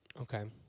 okay